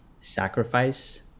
sacrifice